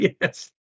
Yes